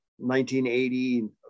1980